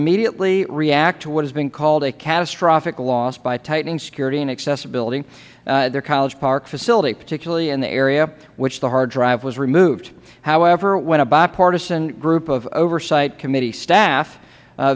immediately react to what has been called a catastrophic loss by tightening security and accessibility at their college park facility particularly in the area which the hard drive was removed however when a bipartisan group of oversight committee staff